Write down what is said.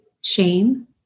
shame